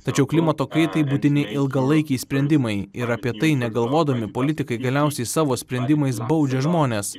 tačiau klimato kaitai būtini ilgalaikiai sprendimai ir apie tai negalvodami politikai galiausiai savo sprendimais baudžia žmones